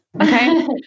Okay